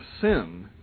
sin